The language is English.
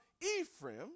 Ephraim